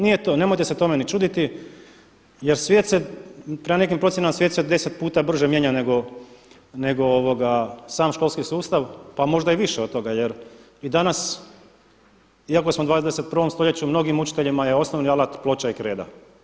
Nemojte se tome ni čuditi jer svijet se prema nekim procjenama svijet se deset puta mijenja, nego sam školski sustav, pa možda i više od toga jer i danas iako smo u 21. stoljeću mnogim učiteljima je osnovni alat ploča i kreda.